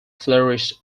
flourished